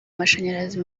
amashanyarazi